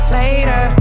later